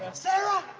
sarah.